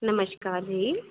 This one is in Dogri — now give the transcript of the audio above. नमस्कार जी